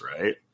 right